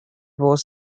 was